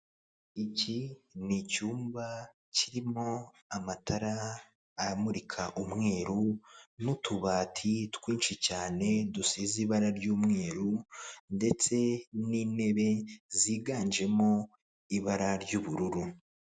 Iki ni icyumba kirimo amatara amurika umweru n'utubati twinshi cyane dusize ibara ry'umweru ndetse n'intebe ziganjemo ibara ry'ubururu.